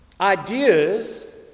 ideas